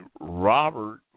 Robert